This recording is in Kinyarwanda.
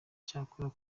cyakorwa